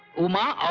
uma,